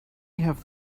have